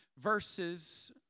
verses